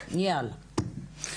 יאללה.